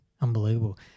Unbelievable